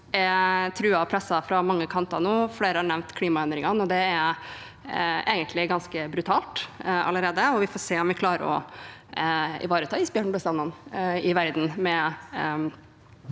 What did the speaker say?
er truet og presset fra mange kanter. Flere har nevnt klimaendringene, og det er egentlig ganske brutalt allerede. Vi får se om vi klarer å ivareta isbjørnbestandene i verden